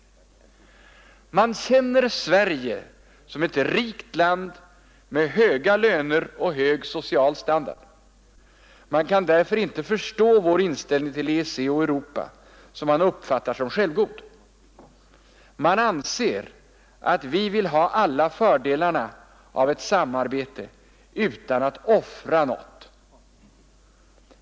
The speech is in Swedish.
Och han fortsätter: ”Man känner Sverige som ett rikt land med höga löner och hög social standard. Man kan därför inte förstå vår inställning till EEC och Europa, som man uppfattar som självgod. Man anser att vi vill ha alla fördelarna av ett samarbete utan att offra något för den europeiska samhörigheten.